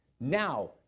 now